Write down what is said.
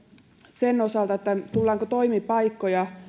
sen osalta tullaanko toimipaikkoja